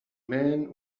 men